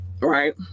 right